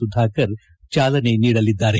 ಸುಧಾಕರ್ ಜಾಲನೆ ನೀಡಲಿದ್ದಾರೆ